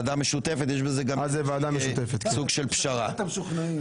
יש בזה גם סוג של פשרה.